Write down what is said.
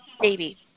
baby